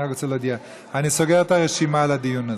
אני רק רוצה להודיע: אני סוגר את הרשימה לדיון הזה.